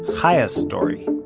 chaya's story